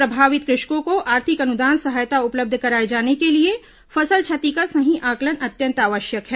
प्रभावित कृ षकों को आर्थिक अनुदान सहायता उपलब्ध कराए जाने के लिए फसल क्षति का सही आंकलन अत्यंत आवश्यक है